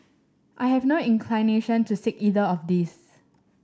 I have no inclination to seek either of these